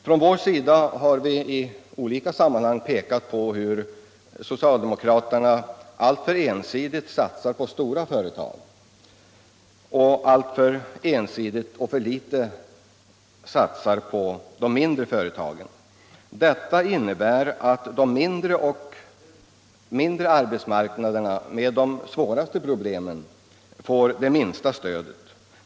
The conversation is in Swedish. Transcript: Från vår sida har vi i olika sammanhang pekat på hur socialdemokraterna alltför ensidigt satsar på stora företag och å andra sidan alltför ensidigt och alltför litet satsar på de mindre företagen. Detta innebär att de mindre arbetsmarknaderna med de svåraste problemen får det minsta stödet.